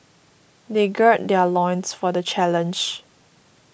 they gird their loins for the challenge